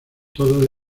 todo